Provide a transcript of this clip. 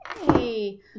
hey